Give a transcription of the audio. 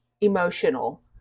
emotional